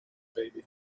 baby